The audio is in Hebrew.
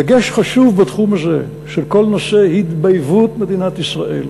דגש חשוב בתחום הזה של כל נושא התבייבות מדינת ישראל,